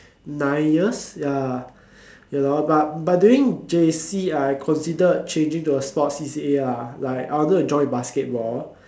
nine years ya you know but but during J_C I considered changing to a sports C_C_A ah like I wanted to join basketball